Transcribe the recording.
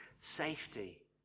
safety